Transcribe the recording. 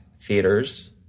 theaters